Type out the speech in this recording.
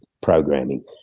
programming